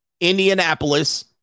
Indianapolis